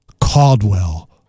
Caldwell